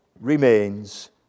remains